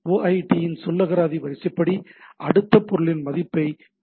OID இன் சொல்லகராதி வரிசைப்படி அடுத்த பொருளின் மதிப்பை கோருகிறது